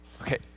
Okay